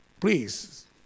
Please